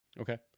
Okay